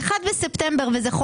את מגיעה לחצי שנה, זה מה שאני אומר.